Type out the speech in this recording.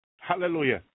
Hallelujah